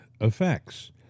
effects